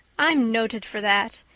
i'm noted for that.